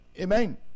Amen